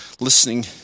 listening